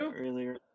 earlier